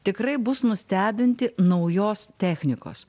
tikrai bus nustebinti naujos technikos